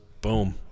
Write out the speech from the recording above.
boom